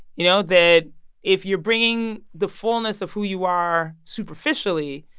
you know, that if you're bringing the fullness of who you are superficially,